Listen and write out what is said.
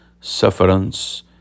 sufferance